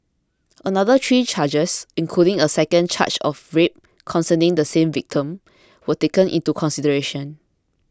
another three charges including a second charge of rape concerning the same victim were taken into consideration